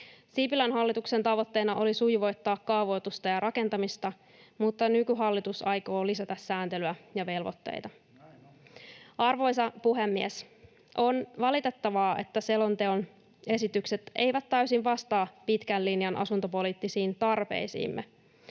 Sipilän hallituksen tavoitteena oli sujuvoittaa kaavoitusta ja rakentamista, mutta nykyhallitus aikoo lisätä sääntelyä ja velvoitteita. [Toimi Kankaanniemi: Näin on!] Arvoisa puhemies! On valitettavaa, että selonteon esitykset eivät vastaa pitkän linjan asuntopoliittisiin tarpeisiimme.